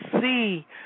see